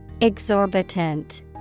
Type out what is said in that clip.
Exorbitant